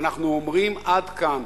אנחנו אומרים: עד כאן.